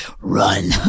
run